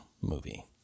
movie